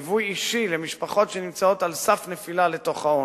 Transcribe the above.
ליווי אישי למשפחות שנמצאות על סף נפילה לתוך העוני.